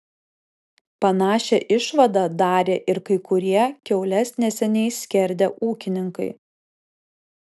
panašią išvadą darė ir kai kurie kiaules neseniai skerdę ūkininkai